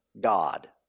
God